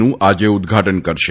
નું આજે ઉદ્દઘાટન કરશે